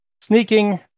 sneaking